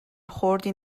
خردی